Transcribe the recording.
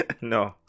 no